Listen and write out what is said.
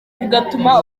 bigatuma